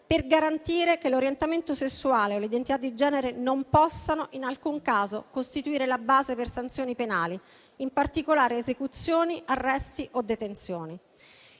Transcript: per garantire che l'orientamento sessuale e l'identità di genere non possano in alcun caso costituire la base per sanzioni penali, in particolare esecuzioni, arresti o detenzioni.